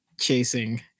chasing